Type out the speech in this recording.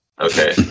Okay